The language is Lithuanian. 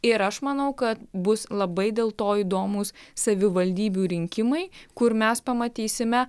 ir aš manau kad bus labai dėl to įdomūs savivaldybių rinkimai kur mes pamatysime